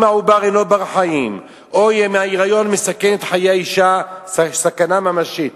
אם העובר אינו בר-חיים או ההיריון מסכן את חיי האשה סכנה ממשית,